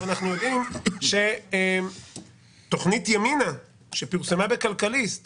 אנחנו לומדים שתוכנית ימינה שפורסמה בכלכליסט